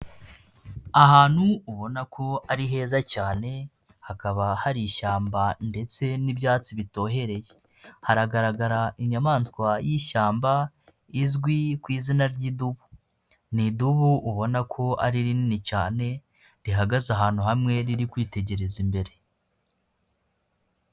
Ahantu ubona ko ari heza cyane hakaba hari ishyamba ndetse n'ibyatsi bitohereye, hagaragara inyamaswa y'ishyamba izwi ku izina ry'idubu. Ni idubu ubona ko ari rinini cyane rihagaze ahantu hamwe riri kwitegereza imbere.